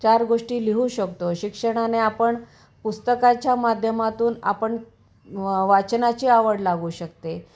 चार गोष्टी लिहू शकतो शिक्षणाने आपण पुस्तकाच्या माध्यमातून आपण वाचनाची आवड लागू शकते